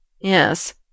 Yes